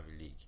League